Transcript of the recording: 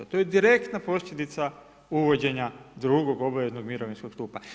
To je direktna posljedica uvođenja drugog obaveznog mirovinskog stupa.